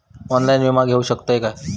Online विमा घेऊ शकतय का?